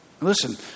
Listen